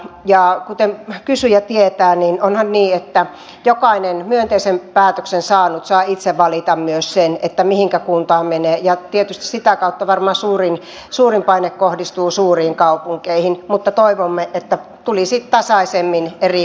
ja kuten kysyjä tietää niin onhan niin että jokainen myönteisen päätöksen saanut saa itse valita myös sen mihinkä kuntaan menee ja tietysti sitä kautta varmaan suurin paine kohdistuu suuriin kaupunkeihin mutta toivomme että tulisi tasaisemmin eri kuntiin